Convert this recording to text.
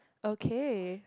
okay